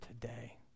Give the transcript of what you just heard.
today